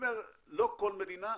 לא כל מדינה,